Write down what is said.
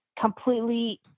completely